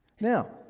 Now